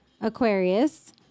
Aquarius